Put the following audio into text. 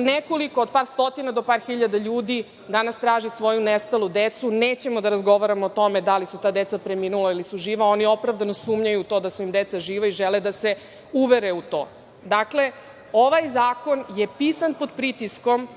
nekoliko od par stotina do par hiljada ljudi danas traži svoju nestalu decu. Nećemo da razgovaramo o tome da li su ta deca preminula ili su živa. Oni opravdano sumnjaju u to da su im deca živa i žele da se uvere u to. Dakle, ovaj zakon je pisan pod pritiskom